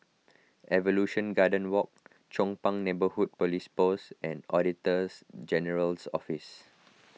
Evolution Garden Walk Chong Pang Neighbourhood Police Post and Auditors General's Office